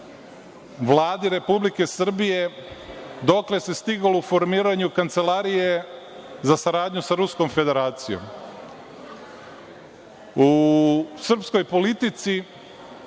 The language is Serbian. Vladi Republike Srbije – dokle se stiglo u formiranju kancelarije za saradnju sa Ruskom Federacijom?U srpskoj politici